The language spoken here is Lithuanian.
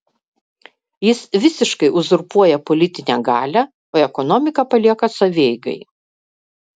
jis visiškai uzurpuoja politinę galią o ekonomiką palieka savieigai